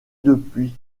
depuis